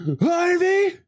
Harvey